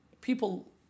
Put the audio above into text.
People